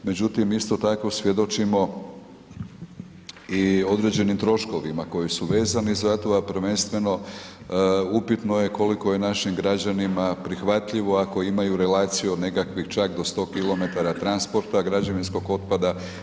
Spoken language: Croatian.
Međutim isto tako svjedočimo i određenim troškovima koji su vezani za to, a prvenstveno upitno je koliko je našim građanima prihvatljivo ako imaju relaciju od nekakvih čak do 100 kilometara transporta građevinskog otpada.